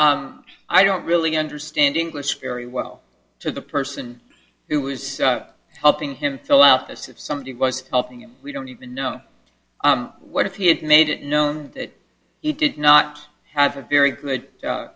said i don't really understand english very well to the person who was helping him fill out this if somebody was helping him we don't even know what if he had made it known that he did not have a very good